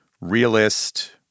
realist